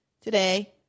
today